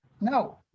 No